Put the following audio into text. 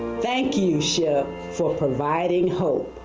thank you, ship for providing hope?